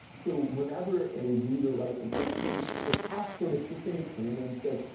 so whenever a read or write is issued, the cache sort of sits in between and says,